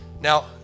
Now